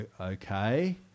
okay